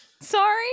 Sorry